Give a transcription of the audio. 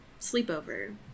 sleepover